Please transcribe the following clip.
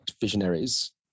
visionaries